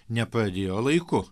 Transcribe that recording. nepradėjo laiku